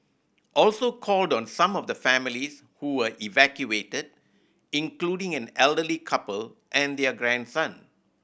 also called on some of the families who were evacuated including an elderly couple and their grandson